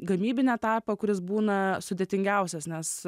gamybinį etapą kuris būna sudėtingiausias nes